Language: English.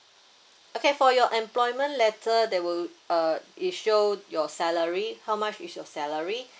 okay for your employment letter that would uh it showed your salary how much is your salary